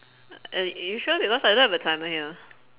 ar~ are you sure because I don't have a timer here